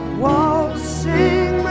waltzing